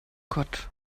gott